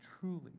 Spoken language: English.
Truly